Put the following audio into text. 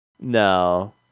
no